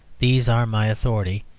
these are my authority,